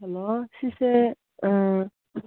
hello ꯁꯤꯁꯦ ꯑꯥ